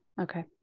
Okay